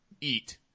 eat